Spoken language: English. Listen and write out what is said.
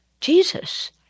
Jesus